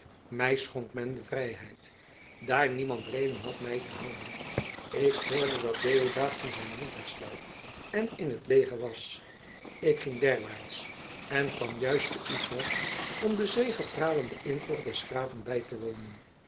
mij schonk men de vrijheid daar niemand reden had mij te houden ik hoorde dat deodaat van zijn wond hersteld en in t leger was ik ging derwaarts en kwam juist te utrecht om den zegepralenden intocht des graven bij te wonen